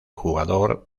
jugador